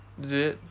is it